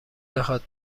بخواد